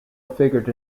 figured